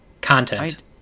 Content